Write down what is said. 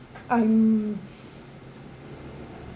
I'm